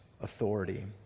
authority